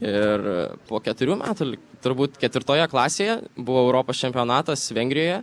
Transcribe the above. ir po keturių metų turbūt ketvirtoje klasėje buvo europos čempionatas vengrijoje